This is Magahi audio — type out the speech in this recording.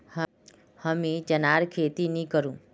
हमीं चनार खेती नी करुम